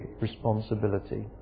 responsibility